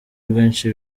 rwinshi